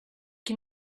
qui